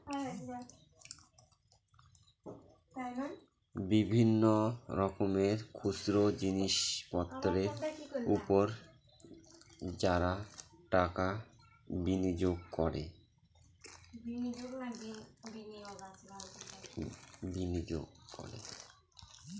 বিভিন্ন রকমের খুচরো জিনিসপত্রের উপর যারা টাকা বিনিয়োগ করে